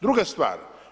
Druga stvar.